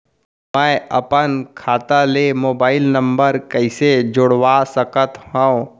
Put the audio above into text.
मैं अपन खाता ले मोबाइल नम्बर कइसे जोड़वा सकत हव?